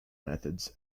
methods